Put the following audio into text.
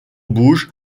bouge